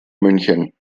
münchen